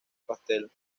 pastel